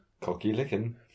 Cocky-licking